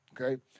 okay